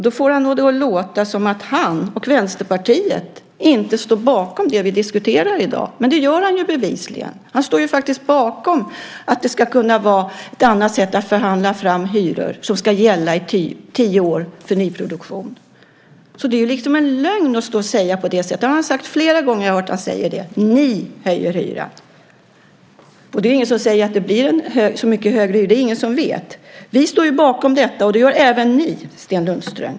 Då får han det att låta som att han och Vänsterpartiet inte står bakom det vi diskuterar i dag, men det gör han ju bevisligen. Han står ju faktiskt bakom att det ska kunna vara ett annat sätt att förhandla fram hyror som ska gälla i tio år för nyproduktion. Det är ju en lögn att stå och säga på det sättet. Det har jag hört honom säga flera gånger: Ni höjer hyran. Det är inget som säger att det blir en så mycket högre hyra. Det är det ingen som vet. Vi står bakom detta, och det gör även ni, Sten Lundström.